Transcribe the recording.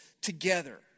together